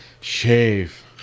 Shave